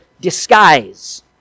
disguise